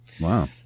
Wow